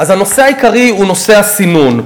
הנושא העיקרי הוא הסינון.